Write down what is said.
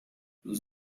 los